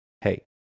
hey